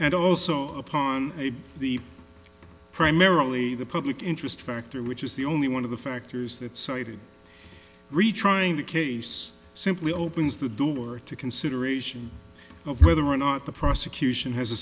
and also upon the primarily the public interest factor which is the only one of the factors that cited retrying the case simply opens the door to consideration of whether or not the prosecution has a